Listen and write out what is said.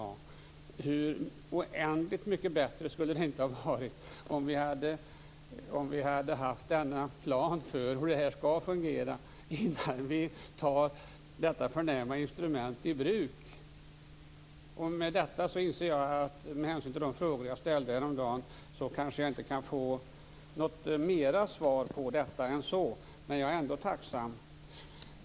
Men hur oändligt mycket bättre skulle det inte ha varit om vi hade haft en plan för hur det hela skall fungera innan vi tar detta förnäma instrument i bruk! Med hänsyn till de frågor jag ställde häromdagen inser jag att jag kanske inte kan få mer svar på det här än så. Jag är ändå tacksam.